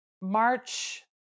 March